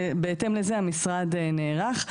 ובהתאם לזה המשרד נערך.